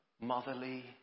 motherly